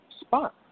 spot